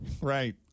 Right